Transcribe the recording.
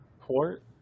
Port